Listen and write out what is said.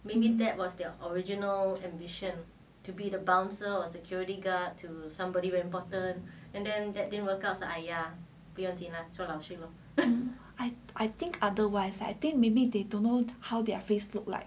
I I think otherwise I think maybe they don't know how their face look like